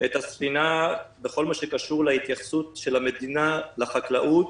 את הספינה בכל הקשור להתייחסות של המדינה לחקלאות